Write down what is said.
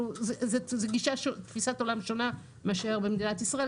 זאת תפיסת עולם שונה מזאת שבמדינת ישראל,